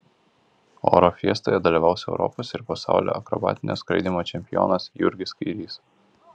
oro fiestoje dalyvaus europos ir pasaulio akrobatinio skraidymo čempionas jurgis kairys